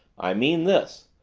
i mean this.